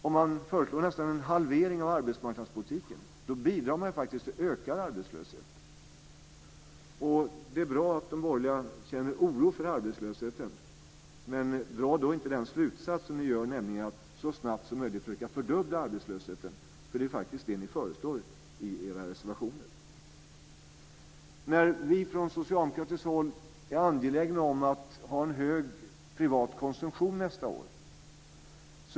Om man föreslår nästan en halvering av arbetsmarknadspolitiken bidrar man ju till att öka arbetslösheten. Det är bra att de borgerliga känner oro för den, men dra då inte den slutsatsen som ni gör, att så snabbt som möjligt försöka att fördubbla arbetslösheten. Det är faktiskt det som ni föreslår i era reservationer. Vi från socialdemokratiskt håll är angelägna om att ha en hög privat konsumtion nästa år.